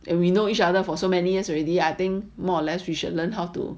and we know each other for so many years already I think more or less you should learn how to